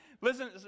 Listen